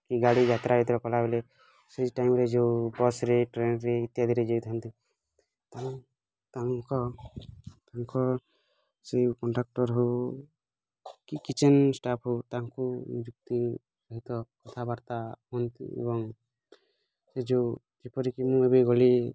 ଗାଡ଼ି ଯାତ୍ରା କଲାବେଳେ ସେଇ ଟାଇମ୍ରେ ଯେଉଁ ବସ୍ରେ ଟ୍ରେନ୍ରେ ଇତ୍ୟାଦିରେ ଯାଇଥାନ୍ତି ତାଙ୍କ ତାଙ୍କ ସେଇ କଣ୍ଟ୍ରାକ୍ଟର୍ ହେଉ କି କିଚେନ୍ ଷ୍ଟାଫ୍ ହେଉ ତାଙ୍କୁ ନିଯୁକ୍ତି ସହିତ କଥାବାର୍ତ୍ତା ହୁଅନ୍ତି ଏବଂ ସେ ଯେଉଁ ଯେପରିକି ମୁଁ ଏବେ ଗଲି